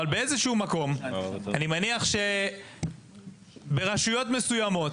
אבל באיזה שהוא מקום אני מניח שברשויות מסוימות